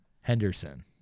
Henderson